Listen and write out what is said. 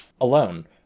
alone